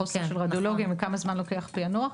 החוסר ברדיולוגים וכמה זמן לוקח פענוח.